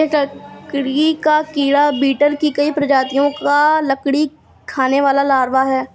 एक लकड़ी का कीड़ा बीटल की कई प्रजातियों का लकड़ी खाने वाला लार्वा है